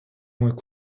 moins